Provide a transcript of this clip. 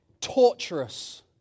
torturous